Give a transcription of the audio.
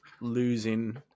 losing